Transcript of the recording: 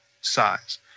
size